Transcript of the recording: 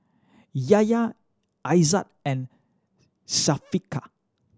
Yahya Aizat and Syafiqah